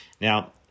Now